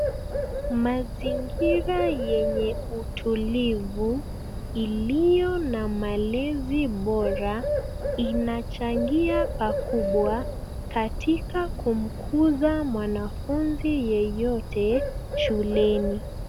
Mazingira yenye utulivu, iliyo na malezi bora, inachangia pakubwa katika kumkuza mwanafunzi yeyote shuleni.